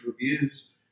reviews